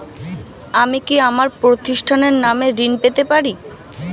আমি কি আমার প্রতিষ্ঠানের নামে ঋণ পেতে পারি?